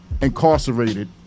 incarcerated